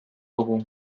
dugu